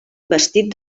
bastit